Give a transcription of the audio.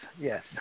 yes